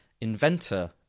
inventor